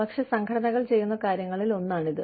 പക്ഷേ സംഘടനകൾ ചെയ്യുന്ന കാര്യങ്ങളിൽ ഒന്നാണിത്